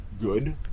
good